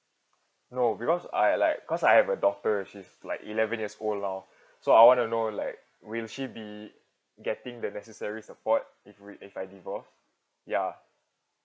no because I like cause I have a daughter she's like eleven years old now so I wanna know like will she be getting the necessary support if we if I divorce ya